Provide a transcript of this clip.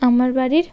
আমার বাড়ির